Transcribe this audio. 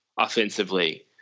offensively